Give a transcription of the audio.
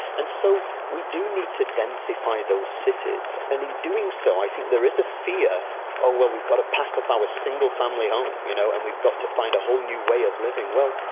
and so we do need to densify those cities, and in doing so i think there is a fear oh well, we've got to pack up our single family home you know and we've got to find a whole new way of living. well,